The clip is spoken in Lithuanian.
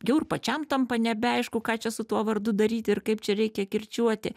jau ir pačiam tampa nebeaišku ką čia su tuo vardu daryt ir kaip čia reikia kirčiuoti